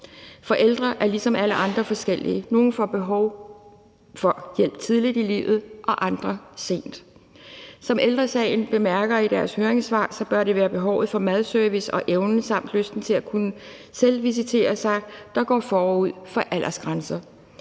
For ældre er ligesom alle andre forskellige, nogle får behov for hjælp tidligt i livet og andre sent. Som Ældre Sagen bemærker i deres høringssvar, bør det være behovet for madservice og evnen samt lysten til at kunne selvvisitere sig, der går ud forud for aldersgrænser.